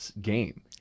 game